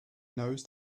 knows